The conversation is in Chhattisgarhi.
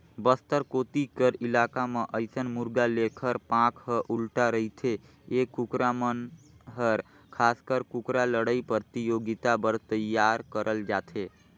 बस्तर कोती कर इलाका म अइसन मुरगा लेखर पांख ह उल्टा रहिथे ए कुकरा मन हर खासकर कुकरा लड़ई परतियोगिता बर तइयार करल जाथे